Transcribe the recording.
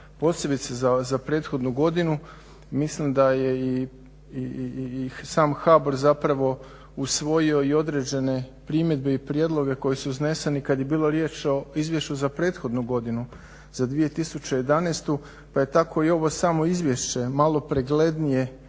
posebice za prethodnu godinu. Mislim da je i sam HBOR zapravo usvojio i određene primjedbe i prijedloge koji su izneseni kad je bilo riječ o izvješću za prethodnu godinu, za 2011. pa je tako i ovo samo izvješće malo preglednije